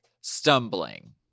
stumbling